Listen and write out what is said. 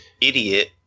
idiot